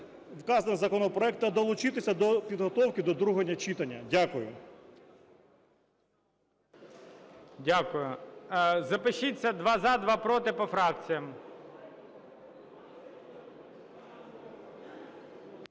вказаний законопроект та долучитися до підготовки до другого читання. Дякую. ГОЛОВУЮЧИЙ. Дякую. Запишіться. Два – за, два – проти, по фракціям.